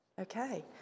Okay